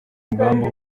ingamba